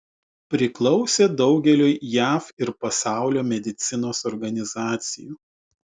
priklausė daugeliui jav ir pasaulio medicinos organizacijų